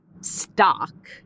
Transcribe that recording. stock